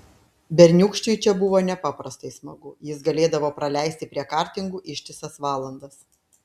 berniūkščiui čia buvo nepaprastai smagu jis galėdavo praleisti prie kartingų ištisas valandas